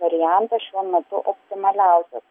variantas šiuo metu optimaliausias